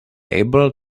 able